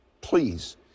Please